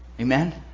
Amen